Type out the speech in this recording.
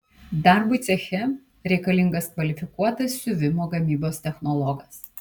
darbui ceche reikalingas kvalifikuotas siuvimo gamybos technologas